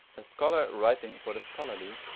a scholar writing for the scholarly,